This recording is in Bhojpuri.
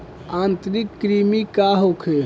आंतरिक कृमि का होखे?